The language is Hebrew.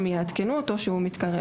היא תעדכן אותו שהוא מתקרב.